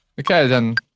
okay, then,